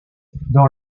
dans